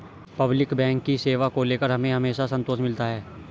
public bank की सेवा को लेकर हमें हमेशा संतोष मिलता है